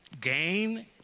gain